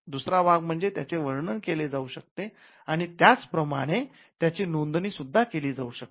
दुसरा भाग म्हणजे त्याचे वर्णन केले जाऊ शकते आणि त्याच प्रमाणे त्याची नोंदणी सुद्धा केली जाऊ शकते